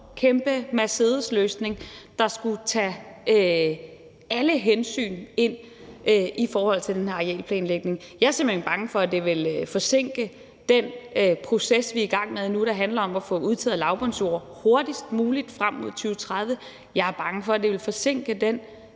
kæmpe Mercedesløsning, der skulle tage alle hensyn ind i forhold til den her arealplanlægning. Jeg er simpelt hen bange for, at det ville forsinke den proces, vi er i gang med nu, der handler om at få udtaget lavbundsjorder hurtigst muligt frem mod 2030. Jeg er bange for, at det ville forsinke den